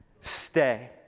Stay